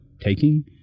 taking